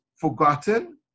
forgotten